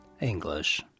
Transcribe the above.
English